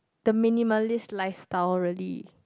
the minimalist lifestyle really